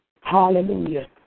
Hallelujah